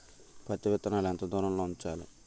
పత్తి విత్తనాలు ఎంత దూరంలో ఉంచాలి?